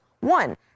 One